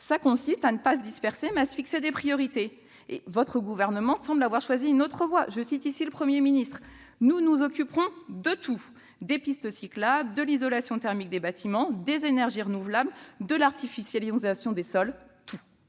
Cela consiste à ne pas se disperser, à se fixer des priorités. Le Gouvernement semble avoir choisi une autre voie :« Nous nous occuperons de tout : des pistes cyclables, de l'isolation thermique des bâtiments, des énergies renouvelables, de l'artificialisation des sols ...